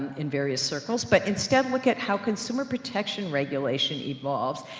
in various circles. but instead look at how consumer protection regulation evolves.